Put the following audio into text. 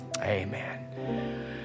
Amen